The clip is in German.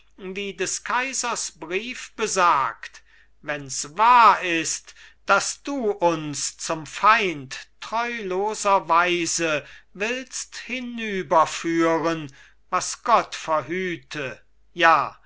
wie des kaisers brief besagt wenns wahr ist daß du uns zum feind treuloserweise willst hinüberführen was gott verhüte ja